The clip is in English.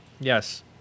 Yes